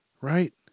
Right